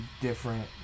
different